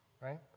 right